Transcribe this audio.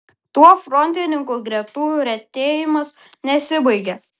tuo frontininkų gretų retėjimas nesibaigia